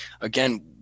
again